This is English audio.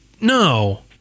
no